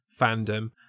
fandom